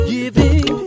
Giving